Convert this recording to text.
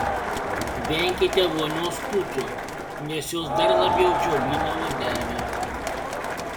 venkite vonios putų nes jos dar labiau džiovina odelę